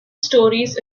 stories